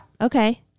Okay